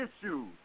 issues